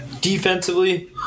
Defensively